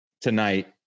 tonight